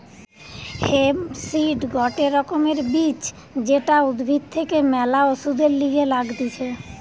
hemp seed গটে রকমের বীজ যেটা উদ্ভিদ থেকে ম্যালা ওষুধের লিগে লাগতিছে